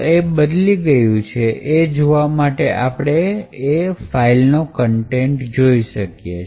તો એ બદલી ગયું છે એ જોવા માટે આપણે એ ફાઇલનો કન્ટેન્ટ જોઈ શકીએ